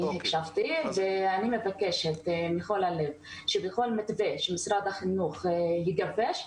אני מבקשת מכל הלב שבכל מתווה שמשרד החינוך יגבש,